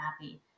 happy